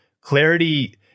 Clarity